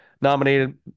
Nominated